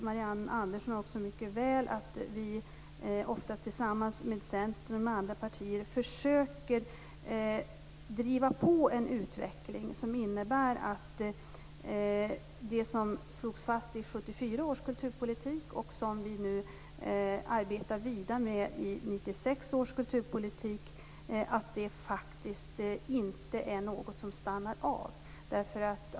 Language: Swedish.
Marianne Andersson vet mycket väl att vi, ofta tillsammans med Centern och andra partier, försöker driva på en utveckling som innebär att det som slogs fast i 1974 års kulturpolitik och som vi nu arbetar vidare med i 1996 års kulturpolitik inte stannar av.